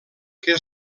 que